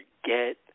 forget